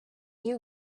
you